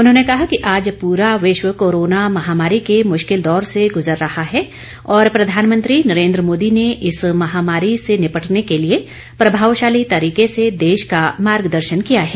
उन्होंने कहा कि आज पूरा विश्व कोरोना महामारी के मुश्किल दौर से गुजर रहा है और प्रधानमंत्री नरेंद्र मोदी ने इस महामारी से निपटने के लिए प्रभावशाली तरीके से देश का मार्ग दर्शन किया है